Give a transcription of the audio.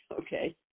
okay